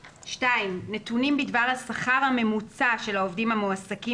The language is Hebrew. נתונים בדבר השכר הממוצע של העובדים המועסקים